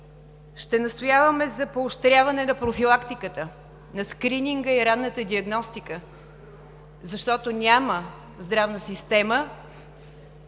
Ще настояваме за поощряване на профилактиката, на скрининга и ранната диагностика, защото няма здравна система,